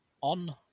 on